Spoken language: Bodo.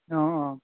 अ अ